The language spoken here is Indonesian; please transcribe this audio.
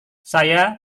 saya